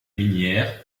minière